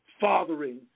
fathering